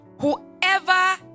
whoever